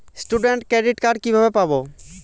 Student credit card কিভাবে পাব?